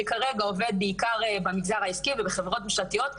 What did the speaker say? שכרגע עובד בעיקר במגזר העסקי ובחברות ממשלתיות,